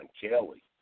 Kelly